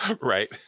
right